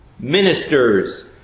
Ministers